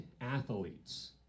athletes